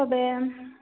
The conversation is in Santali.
ᱛᱚᱵᱮ